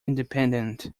independent